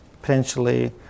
potentially